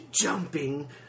jumping